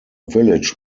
village